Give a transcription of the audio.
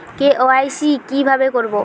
KYC কিভাবে করব?